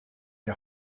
die